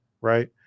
right